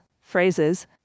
phrases